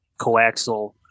coaxial